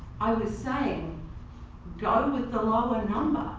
i was saying go with the lower number.